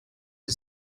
are